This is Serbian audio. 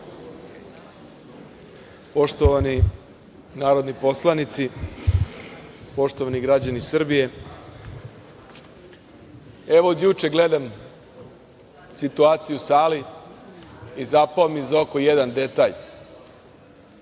Poštovani narodni poslanici, poštovani građani Srbije, evo od juče gledam situaciju u sali i zapao mi je za oko jedan detalj.